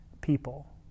people